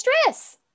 stress